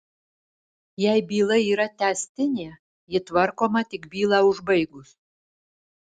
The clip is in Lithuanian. jei byla yra tęstinė ji tvarkoma tik bylą užbaigus